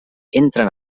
entren